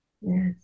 Yes